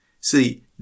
See